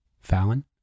Fallon